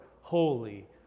Holy